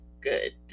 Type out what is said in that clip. good